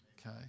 Okay